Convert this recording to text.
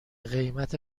قیمت